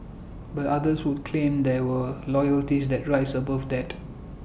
but others would claim that were loyalties that rise above that